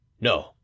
No